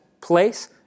place